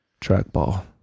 trackball